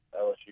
LSU